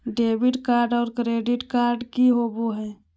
Debit card और credit card की होवे हय?